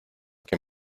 que